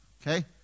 Okay